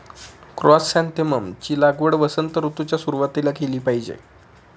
chrysanthemum ची लागवड वसंत ऋतूच्या सुरुवातीला केली पाहिजे